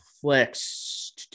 flex